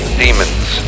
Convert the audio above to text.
demons